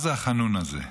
מה זה ה"חנון" הזה?